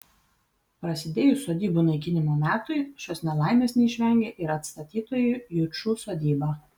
prasidėjus sodybų naikinimo metui šios nelaimės neišvengė ir atstatytoji jučų sodyba